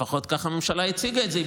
לפחות כך הממשלה הציגה את זה.